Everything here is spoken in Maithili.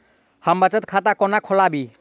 हम बचत खाता कोना खोलाबी?